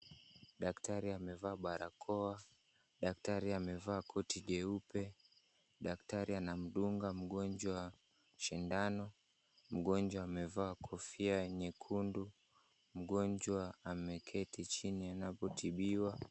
Daktari amevaa barakoa. Daktari amevaa koti jeupe. Daktari anamdunga mgonjwa sindano. Mgonjwa amevaa kofia nyekundu. Mgonjwa ameketi chini anapotibiwa.